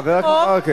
חבר הכנסת ברכה,